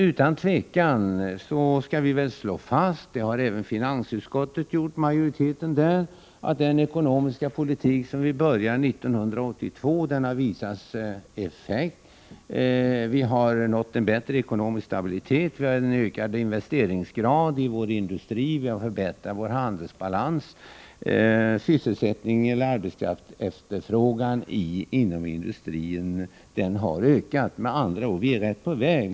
Utan tvivel skall vi slå fast — det har även majoriteten i finansutskottet gjort — att den ekonomiska politik som vi inledde 1982 har visat sig ge effekter. Vi har nått en bättre ekonomisk stabilitet, vi har en ökad investeringsgrad i vår industri, vi har förbättrat vår handelsbalans och arbetskraftsefterfrågan inom industrin har ökat. Vi är med andra ord på rätt väg.